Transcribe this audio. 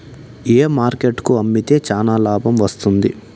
ఏ market కు అమ్మితే చానా లాభం వస్తుంది?